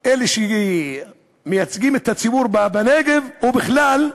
אלה שמייצגים את הציבור בנגב או בכלל.